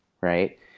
right